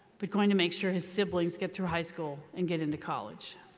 but going to make sure his siblings get through high school and get into college.